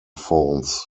fonts